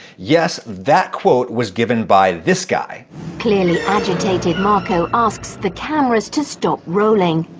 yes, that quote was given by this guy clearly and marco asks the cameras to stop rolling.